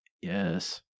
Yes